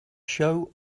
show